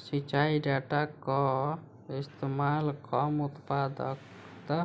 सिंचाई डाटा कअ इस्तेमाल कम उत्पादकता